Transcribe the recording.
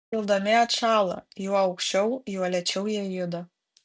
kildami atšąla juo aukščiau juo lėčiau jie juda